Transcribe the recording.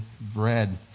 bread